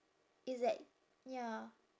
it's like ya